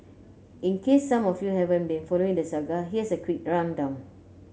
in case some of you haven't been following the saga here's a quick rundown